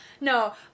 no